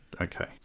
okay